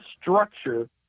structure